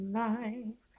life